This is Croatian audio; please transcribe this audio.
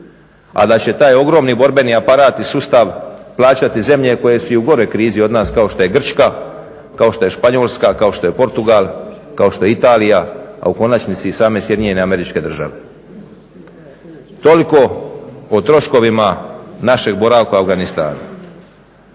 a da će taj ogromni borbeni aparat i sustav plaćati zemlje koje su i u goroj krizi od nas kao što je Grčka, kao što je Španjolska, kao što je Portugal, kao što je Italija, a u konačnici i same Sjedinjene Američke Države. Toliko o troškovima našeg boravka u Afganistanu.